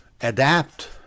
adapt